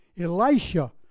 Elisha